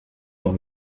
dans